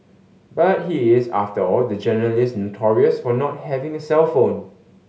but he is after all the journalist notorious for not having a cellphone